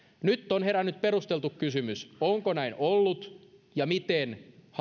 nyt on herännyt perusteltu kysymys onko näin ollut ja miten